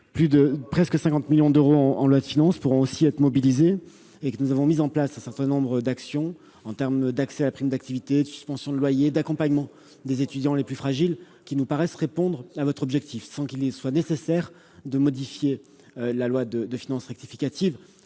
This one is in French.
doté de près de 50 millions d'euros en loi de finances initiale, pourront aussi être mobilisés. Nous avons mis en place un certain nombre d'actions, en matière d'accès à la prime d'activité, de suspension de loyers, d'accompagnement des étudiants les plus fragiles, qui nous paraissent répondre à votre objectif sans qu'il soit nécessaire de modifier la première loi de finances rectificative.